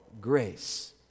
grace